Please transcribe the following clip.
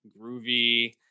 groovy